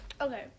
Okay